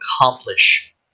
accomplish